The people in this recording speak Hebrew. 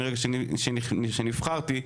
מרגע שנבחרתי,